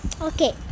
okay